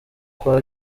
kwa